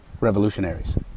revolutionaries